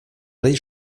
rei